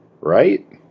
right